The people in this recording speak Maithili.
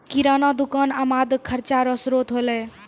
किराना दुकान आमद खर्चा रो श्रोत होलै